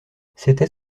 c’était